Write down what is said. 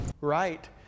Right